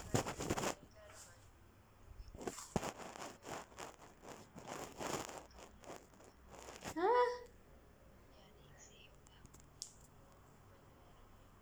!huh!